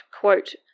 quote